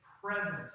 present